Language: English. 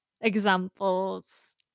examples